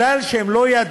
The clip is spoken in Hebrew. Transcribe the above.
שהחוק הזה,